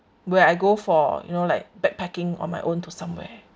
where I go for you know like backpacking on my own to somewhere